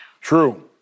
True